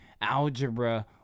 algebra